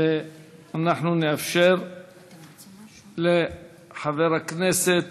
ואנחנו נאפשר לחבר הכנסת,